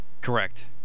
Correct